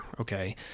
Okay